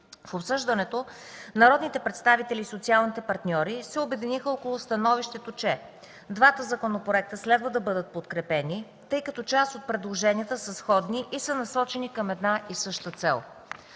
В обсъждането народните представители и социалните партньори се обедниха около становището, че: - двата законопроекта следва да бъдат подкрепени, тъй като част от предложенията са сходни и са насочени към една и съща цел;